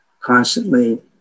constantly